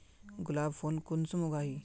गुलाब फुल कुंसम उगाही?